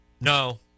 no